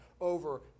over